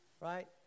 right